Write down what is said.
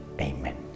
Amen